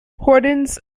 hoardings